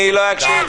אני לא אקשיב.